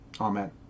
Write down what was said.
Amen